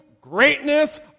greatness